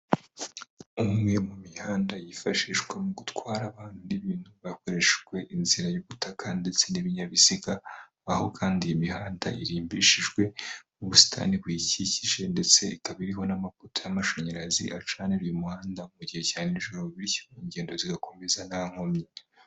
Umwe mu mihanda yifashishwa mu gutwara abandi ibintu, hakoreshejwe inzira y'ubutaka ndetse n'ibinyabizigaho kandi imihanda irimbishijwe mu busitani buyikikije ndetse ikaba iriho n'amavuta y'amashanyarazi acanira umuhanda mu gihe cya ninjoro, bityo mu ngendo zigakomeza nta nkomyi.